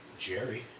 Jerry